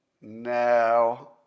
Now